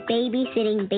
Babysitting